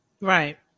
Right